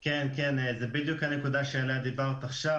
כן, זה בדיוק הנקודה שעליה דיברת עכשיו.